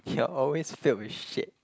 you are always filled with shit